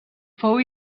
fou